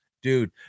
Dude